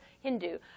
Hindu